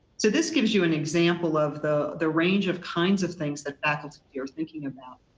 so this gives you an example of the the range of kinds of things that faculty are thinking about.